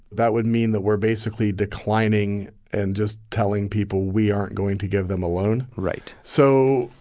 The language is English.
that would mean that we're basically declining and just telling people we aren't going to give them a loan right so,